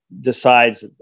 decides